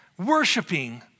Worshipping